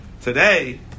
Today